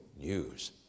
news